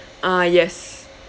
ah yes